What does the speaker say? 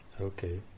Okay